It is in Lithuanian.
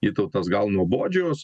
vytautas gal nuobodžios